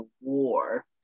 war